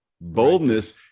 Boldness